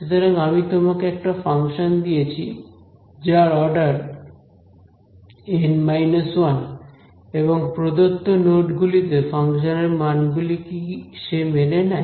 সুতরাং আমি তোমাকে একটা ফাংশান দিয়েছি যার অর্ডার N 1 এবং প্রদত্ত নোড গুলিতে ফাংশানের মানগুলি কি সে মেনে নেয়